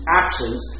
actions